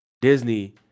Disney